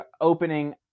opening